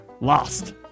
lost